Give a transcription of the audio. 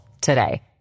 today